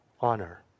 honor